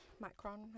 Macron